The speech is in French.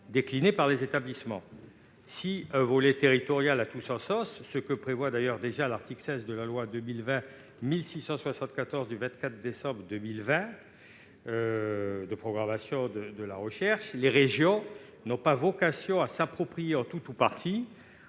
déclinés par les établissements. Si un volet territorial a tout son sens, et c'est d'ailleurs ce que prévoit déjà l'article 16 de la loi n° 2020-1674 du 24 décembre 2020 de programmation de la recherche, les régions n'ont pas vocation à s'approprier, en tout ou partie,